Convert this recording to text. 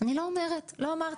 אני לא אומרת, לא אמרתי.